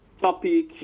topic